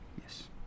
Yes